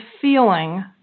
feeling